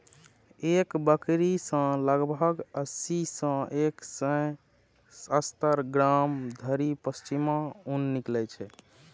एक बकरी सं लगभग अस्सी सं एक सय सत्तर ग्राम धरि पश्मीना ऊन निकलै छै